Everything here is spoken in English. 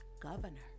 governor